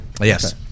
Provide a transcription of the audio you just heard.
yes